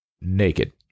Naked